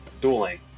dueling